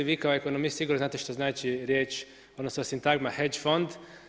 Vi kao ekonomist sigurno znate što znači riječ, odnosno sintagma Hedge fond.